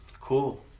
cool